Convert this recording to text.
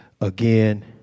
Again